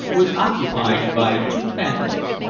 was occupied by two families.